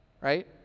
right